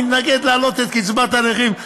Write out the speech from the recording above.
מתנגד להעלאת קצבת הנכים?